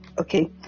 Okay